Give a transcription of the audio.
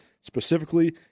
specifically